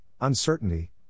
uncertainty